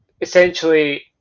essentially